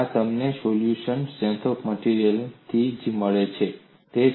આ તમને solution strength of માટેરિયલ્સથી જે મળે છે તે જ છે